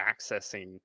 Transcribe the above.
accessing